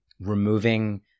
removing